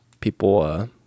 people